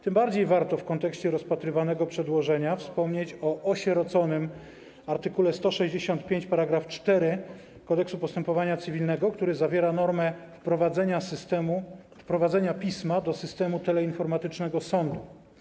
Tym bardziej warto w kontekście rozpatrywanego przedłożenia wspomnieć o osieroconym art. 165 § 4 Kodeksu postępowania cywilnego, który zawiera normę wprowadzenia pisma do systemu teleinformatycznego sądu.